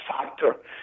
factor